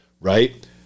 right